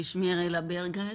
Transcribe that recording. שמי אריאלה ברגהש,